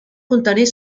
contenir